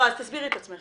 לא, אז תסבירי את עצמך.